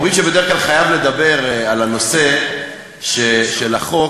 אומרים שבדרך כלל חייבים לדבר על הנושא של החוק.